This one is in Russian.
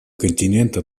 континента